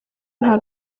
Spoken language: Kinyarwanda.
nta